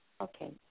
Okay